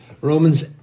Romans